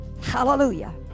Hallelujah